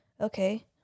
Okay